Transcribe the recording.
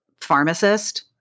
pharmacist